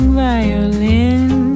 violin